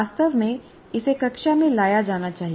वास्तव में इसे कक्षा में लाया जाना चाहिए